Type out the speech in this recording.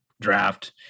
draft